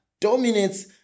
dominates